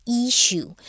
issue